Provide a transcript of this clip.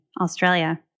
Australia